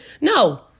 no